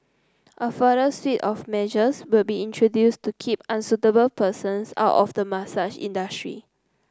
a further suite of measures will be introduced to keep unsuitable persons out of the massage industry